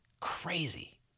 Crazy